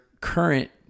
current